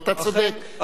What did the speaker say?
ואתה צודק,